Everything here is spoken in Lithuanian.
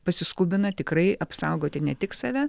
pasiskubina tikrai apsaugoti ne tik save